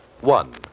One